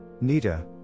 Nita